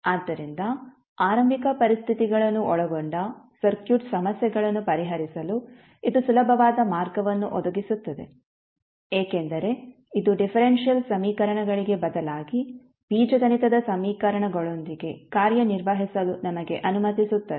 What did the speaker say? ಆದ್ದರಿಂದ ಆರಂಭಿಕ ಪರಿಸ್ಥಿತಿಗಳನ್ನು ಒಳಗೊಂಡ ಸರ್ಕ್ಯೂಟ್ ಸಮಸ್ಯೆಗಳನ್ನು ಪರಿಹರಿಸಲು ಇದು ಸುಲಭವಾದ ಮಾರ್ಗವನ್ನು ಒದಗಿಸುತ್ತದೆ ಏಕೆಂದರೆ ಇದು ಡಿಫರೆಂಶಿಯಲ್ ಸಮೀಕರಣಗಳಿಗೆ ಬದಲಾಗಿ ಬೀಜಗಣಿತದ ಸಮೀಕರಣಗಳೊಂದಿಗೆ ಕಾರ್ಯ ನಿರ್ವಹಿಸಲು ನಮಗೆ ಅನುಮತಿಸುತ್ತದೆ